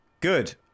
Good